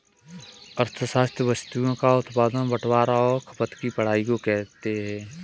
अर्थशास्त्र वस्तुओं का उत्पादन बटवारां और खपत की पढ़ाई को कहते हैं